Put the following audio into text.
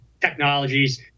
technologies